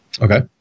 Okay